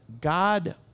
God